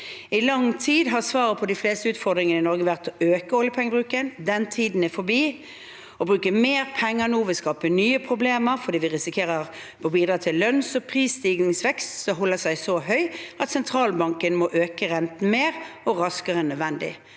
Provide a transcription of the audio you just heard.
I lang tid har svaret på de fleste utfordringene i Norge vært å øke oljepengebruken. Den tiden er forbi. Å bruke mer penger nå vil skape nye problemer fordi vi risikerer å bidra til en lønns- og prisstigningsvekst som holder seg så høy at sentralbanken må øke renten mer og raskere enn nødvendig.